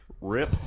Rip